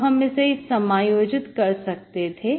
तब हम इससे समायोजित कर सकते थे